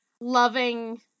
loving